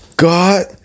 God